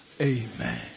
Amen